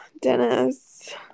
Dennis